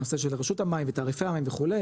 הנושא של רשות המים ותעריפי המים וכו',